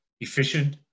efficient